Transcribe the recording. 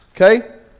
Okay